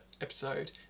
episode